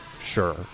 sure